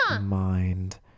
mind